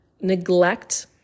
neglect